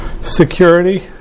security